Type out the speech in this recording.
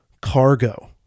cargo